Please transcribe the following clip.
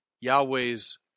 Yahweh's